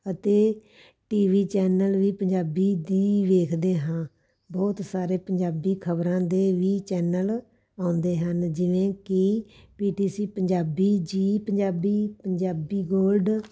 ਅਤੇ TV channel ਵੀ ਪੰਜਾਬੀ ਦੀ ਵੇਖਦੇ ਹਾਂ ਬਹੁਤ ਸਾਰੇ ਪੰਜਾਬੀ ਖ਼ਬਰਾਂ ਦੇ ਵੀ ਚੈਨਲ ਆਉਂਦੇ ਹਨ ਜਿਵੇਂ ਕਿ PTC Punjabi Zee Punjabi Punjabi gold